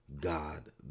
God